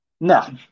no